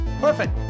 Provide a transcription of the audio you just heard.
Perfect